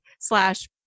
slash